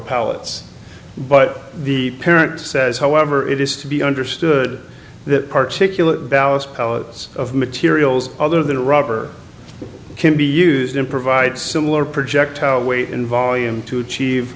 pellets but the parent says however it is to be understood that particularly ballast pellets of materials other than rubber can be used in provide similar projectile weight in volume to achieve